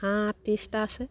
হাঁহ ত্ৰিছটা আছে